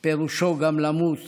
לחיות פירושו גם למות